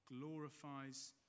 glorifies